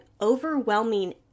overwhelming